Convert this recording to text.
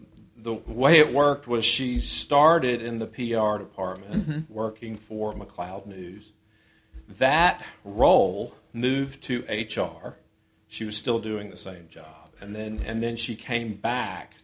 the way it worked was she started in the p r department working for macleod news that role moved to h r she was still doing the same job and then and then she came back